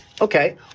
Okay